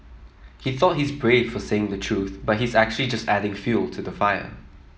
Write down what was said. he thought he's brave for saying the truth but he's actually just adding fuel to the fire